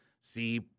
see